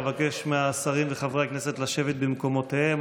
אבקש מהשרים וחברי הכנסת לשבת במקומותיהם.